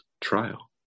trial